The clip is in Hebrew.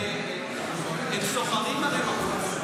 אבל זה לא נכון, הרי הם שוכרים מקום.